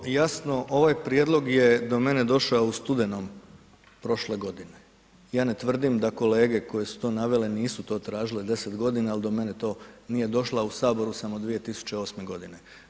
Vrlo jasno ovaj prijedlog je do mene došao u studenom prošle godine, ja ne tvrdim da kolege koje su to navele nisu to tražile 10 godina, ali do mene to nije došlo, a u saboru sam od 2008. godine.